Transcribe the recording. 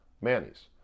Manny's